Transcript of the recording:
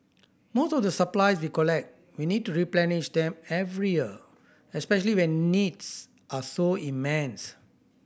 most of the supplies we collect we need to replenish them every year especially when needs are so immense